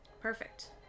Perfect